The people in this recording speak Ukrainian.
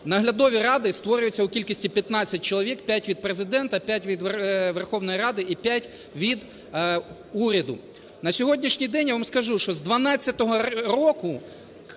Наглядові ради створюються в кількості 15 чоловік: 5 – від Президента, 5 – від Верховної Ради і 5 – від уряду. На сьогоднішній день, я вам скажу, що з 2012 року